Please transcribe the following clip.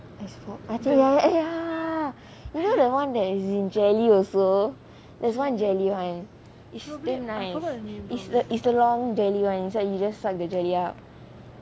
ice pop I think eh ya you know the [one] that is in jelly also there's one jelly [one] it's damn nice it's a it's the long jelly [one] it's like you just suck the jelly up